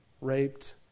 raped